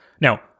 Now